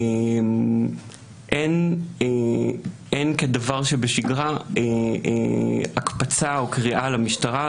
אין כדבר שבשגרה הקפצה או קריאה למשטרה,